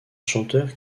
chanteur